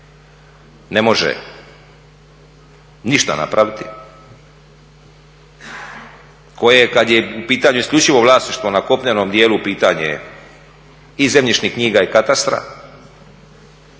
ne može ništa napraviti, koje kad je u pitanju isključivo vlasništvo na kopnenom dijelu, pitanje je i zemljišnih knjiga i katastra,